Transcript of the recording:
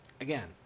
again